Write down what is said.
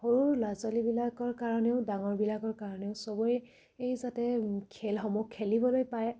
সৰু ল'ৰা ছোৱালীবিলাকৰ কাৰণেও ডাঙৰবিলাকৰ কাৰণেও চবেই এই যাতে খেলসমূহ খেলিবলৈ পায়